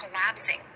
collapsing